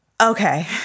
Okay